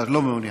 לא מעוניין.